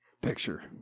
picture